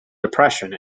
depression